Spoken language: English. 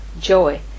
joy